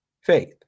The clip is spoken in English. faith